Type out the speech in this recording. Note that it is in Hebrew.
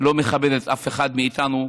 לא מכבדת אף אחד מאיתנו,